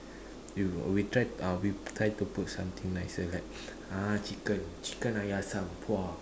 you we try uh we try to put something nicer like ah chicken chicken air asam !wah!